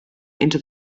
into